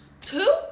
Two